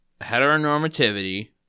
heteronormativity